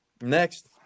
Next